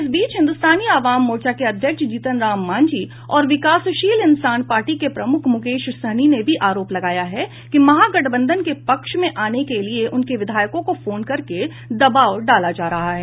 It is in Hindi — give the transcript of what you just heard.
इस बीच हिन्द्रस्तानी अवाम मोर्चा के अध्यक्ष जीतन राम मांझी और विकासशील इंसान पार्टी के प्रमुख मुकेश सहनी ने भी आरोप लगाया है कि महागठबंधन के पक्ष में आने के लिये उनके विधायकों को फोन करके दबाव डाला जा रहा है